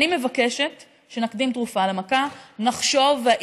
אני מבקשת שנקדים תרופה למכה ונחשוב אם